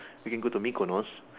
we can go to mikonos